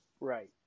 Right